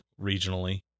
regionally